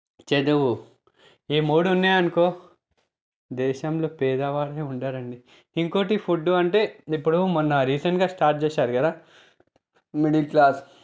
చదువు ఈ మూడు ఉన్నాయి అనుకో దేశంలో పేదవారు ఉండరు అండి ఇంకొకటి ఫుడ్డు అంటే ఇప్పుడు మొన్న రీసెంట్గా స్టార్ట్ చేశారు కదా మిడిల్ క్లాస్